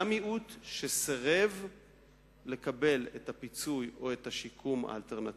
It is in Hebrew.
היה מיעוט שסירב לקבל את הפיצוי או את השיקום האלטרנטיבי,